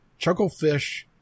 Chucklefish